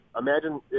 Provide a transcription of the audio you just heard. imagine –